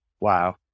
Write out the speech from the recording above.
Wow